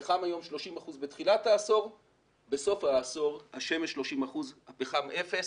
פחם היום 30 אחוזים בתחילת העשור ובסוף העשור השמש 30 אחוזים ופחם אפס.